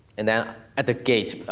and then, at the gate,